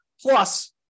Plus